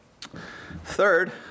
Third